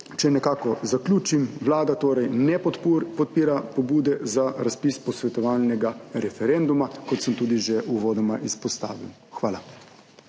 če nekako zaključim, Vlada torej ne podpira pobude za razpis posvetovalnega referenduma, kot sem tudi že uvodoma izpostavil. Hvala.